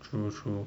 true true